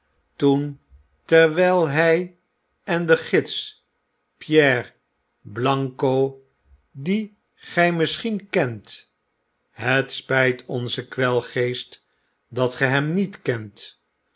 toen terwijl hy en de gids pierre blanquo dien gij misschien kent het spyt onze kwelgeest dat ge hem niet kent